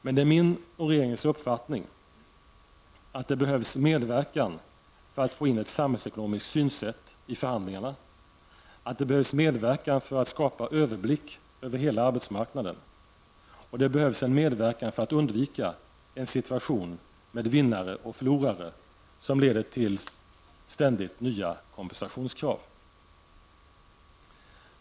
Men det är min och regeringens uppfattning att det behövs medverkan för att få in ett samhällsekonomiskt synsätt i förhandlingarna, att det behövs medverkan för att skapa överblick över hela arbetsmarknaden och att det behövs medverkan för att undvika en situation med vinnare och förlorare som leder till ständigt nya kompensationskrav.